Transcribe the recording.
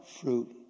fruit